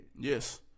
Yes